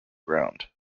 ground